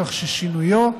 כך ששינויו,